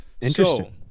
Interesting